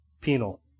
penal